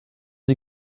die